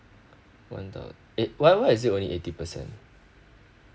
one thousand eh why why is it only eighty percent